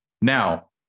Now